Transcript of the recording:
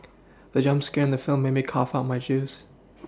the jump scare in the film made me cough out my juice